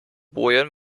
bojen